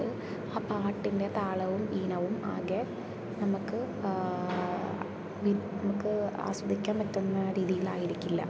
ആ പാട്ടിൻ്റെ താളവും ഈണവും ആകെ നമുക്ക് നമുക്ക് ആസ്വദിക്കാൻ പറ്റുന്ന രീതിയിൽ ആയിരിക്കില്ല